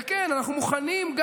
וכן, אנחנו גם מוכנים,